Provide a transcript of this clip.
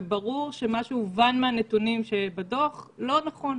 וברור שמה שהובן מהנתונים שבדוח הוא לא נכון.